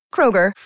Kroger